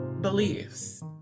beliefs